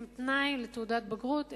כתנאי לקבלת תעודת בגרות.